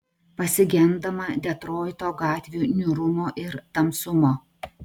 pasigendama detroito gatvių niūrumo ir tamsumo